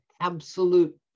absolute